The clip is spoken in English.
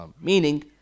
Meaning